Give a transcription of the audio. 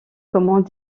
commence